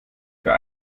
für